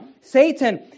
Satan